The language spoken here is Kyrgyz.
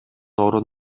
орун